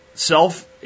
Self